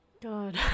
God